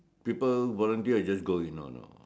people want I just go in no no